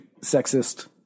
sexist